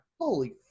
holy